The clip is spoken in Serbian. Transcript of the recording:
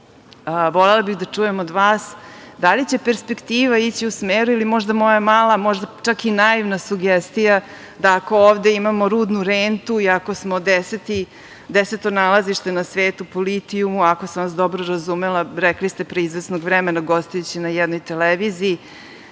Volela bih da čujem od vas – da li će perspektiva ići u smeru ili možda moja mala, možda čak i naivna sugestija, da ako ovde imamo rudnu rentu i ako smo deseto nalazište na svetu po litijumu, ako sam vas dobro razumela, rekli ste pre izvesnog vremena gostujući na jednoj televiziji,